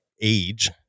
age